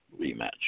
rematch